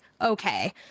okay